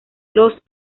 los